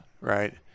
right